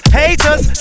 haters